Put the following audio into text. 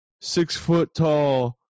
six-foot-tall